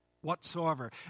whatsoever